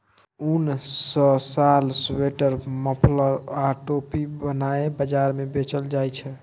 उन सँ साल, स्वेटर, मफलर आ टोपी बनाए बजार मे बेचल जाइ छै